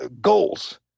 goals